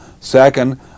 second